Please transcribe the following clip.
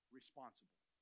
responsible